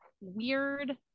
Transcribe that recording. weird